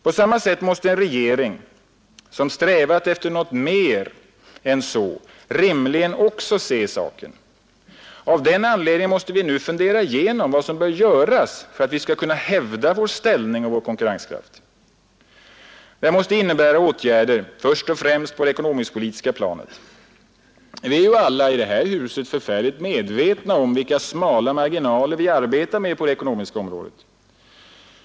På samma sätt måste en regering, som strävat efter något mer än så, rimligen också se saken. Av den anledningen måste vi nu fundera igenom vad som bör göras för att vi skall kunna hävda vår ställning och vår konkurrenskraft. Detta måste innebära åtgärder först och främst på det ekonomisk-politiska planet. Vi är alla medvetna om vilka smala marginaler vi arbetar med på det ekonomiska området.